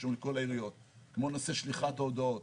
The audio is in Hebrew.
קשורים לעיריות כמו נושא שליחת ההודעות,